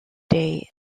day